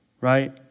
right